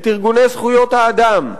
את ארגוני זכויות האדם,